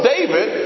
David